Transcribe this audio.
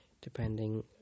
depending